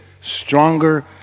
stronger